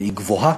היא גבוהה,